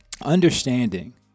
Understanding